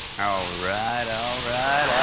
right, all right,